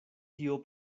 tio